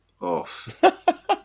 off